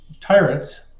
tyrants